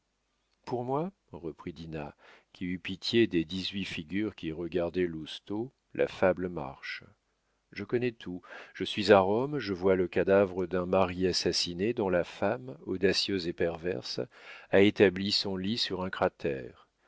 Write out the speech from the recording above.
pour moi reprit dinah qui eut pitié des dix-huit figures qui regardaient lousteau la fable marche je connais tout je suis à rome je vois le cadavre d'un mari assassiné dont la femme audacieuse et perverse a établi son lit sur un cratère